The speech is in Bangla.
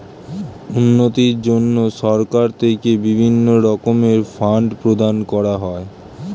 উন্নতির জন্য সরকার থেকে বিভিন্ন রকমের ফান্ড প্রদান করা হয়